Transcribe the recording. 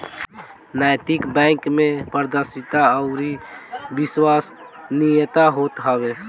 नैतिक बैंक में पारदर्शिता अउरी विश्वसनीयता होत हवे